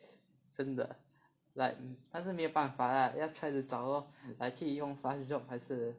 真的 ah like 但是没有办法啦要 try to 找 lor like 可以用 FastJobs 还是